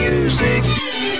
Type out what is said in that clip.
Music